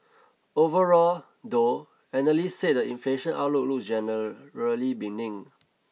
overall though analysts said the inflation outlook look generally benign